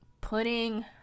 putting